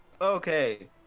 Okay